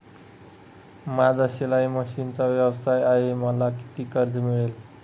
माझा शिलाई मशिनचा व्यवसाय आहे मला किती कर्ज मिळेल?